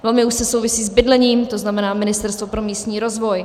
Velmi úzce souvisí s bydlením, to znamená Ministerstvo pro místní rozvoj.